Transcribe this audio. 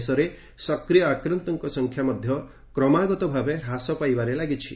ଦେଶରେ ସକ୍ରିୟ ଆକ୍ରାନ୍ତଙ୍କ ସଂଖ୍ୟା ମଧ୍ୟ ଲଗାତାର ଭାବେ ହ୍ରାସ ପାଇବାରେ ଲାଗିଛି